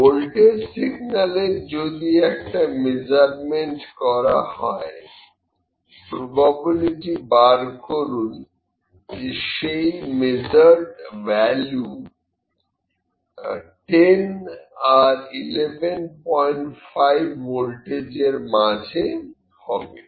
voltage সিগন্যালের যদি একটা মেজারমেন্ট করা হয় প্রবাবিলিটি বার করুন যে সেই মেজার্ড ভ্যালু 100 আর 115 ভোল্টেজের মাঝে হবে